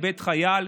איבדו חייל.